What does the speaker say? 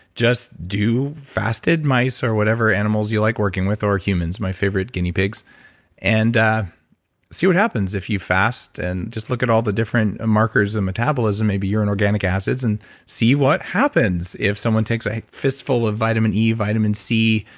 just do fasted mice or whatever animals you like working with or humans. my favorite, guinea pigs and see what happens if you fast, and just look at all the different markers in and metabolism. maybe you're on and organic acids, and see what happens. if someone takes a fistful of vitamin e, vitamin c,